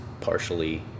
partially